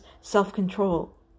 self-control